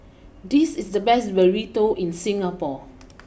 this is the best Burrito in Singapore